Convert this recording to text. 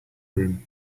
room